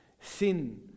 sin